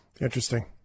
Interesting